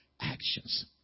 actions